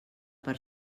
per